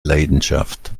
leidenschaft